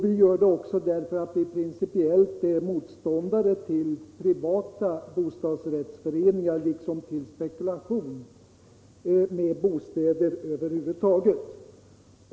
Vi gör det också därför att vi principiellt är motståndare till privata bostadsrättsföreningar liksom till spekulation med bostäder över huvud taget.